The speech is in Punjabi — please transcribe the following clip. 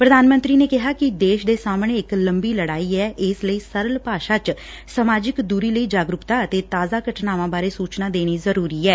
ਪ੍ਰਧਾਨ ਮੰਤਰੀ ਨੇ ਕਿਹਾ ਕਿ ਦੇਸ਼ ਦੇ ਸਾਹਮਣੇ ਇਕ ਲੰਬੀ ਲੜਾਈ ਐ ਇਸ ਲਈ ਸਰਲ ਭਾਸ਼ਾ ਚ ਸਮਾਜਿਕ ਦੂਰੀ ਲਈ ਜਾਗਰੁਕਤਾ ਅਤ ਤਾਜ਼ਾ ਘਟਨਾਵਾਂ ਬਾਰੇ ਸੁਚਨਾ ਦੇਣੀ ਜ਼ਰੁਰੀ ਐ